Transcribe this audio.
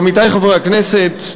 עמיתי חברי הכנסת,